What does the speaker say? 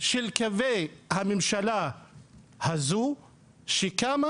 של קווי הממשלה הזו שקמה